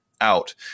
out